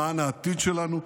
למען העתיד שלנו,